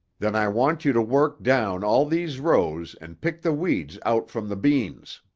then i want you to work down all these rows and pick the weeds out from the beans.